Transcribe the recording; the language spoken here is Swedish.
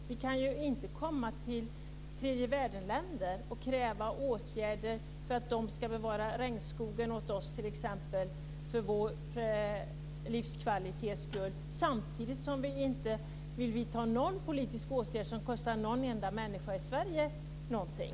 Vi kan inte komma till tredjevärldenländer och kräva åtgärder för att de ska bevara regnskogen för vår livskvalitets skull, t.ex., samtidigt som vi inte vill vidta någon politisk åtgärd som kostar någon enda människa i Sverige någonting.